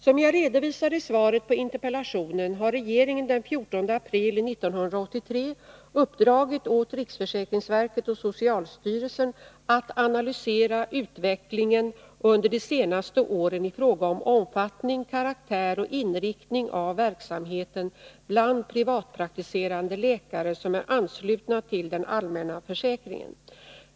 Som jag redovisade i svaret på interpellationen har regeringen den 14 april 1983 uppdragit åt riksförsäkringsverket och socialstyrelsen att analysera utvecklingen under de senaste åren i fråga om omfattning, karaktär och inriktning av verksamheten bland privatpraktiserande läkare, som är anslutna till den allmänna försäkringen.